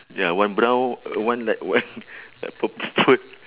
ya one brown one like one like purple